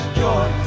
joy